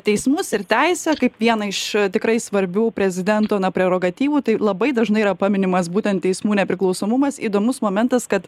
teismus ir teisę kaip vieną iš tikrai svarbių prezidento na prerogatyvų tai labai dažnai yra paminimas būtent teismų nepriklausomumas įdomus momentas kad